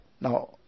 now